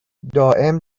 دائم